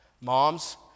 moms